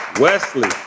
Wesley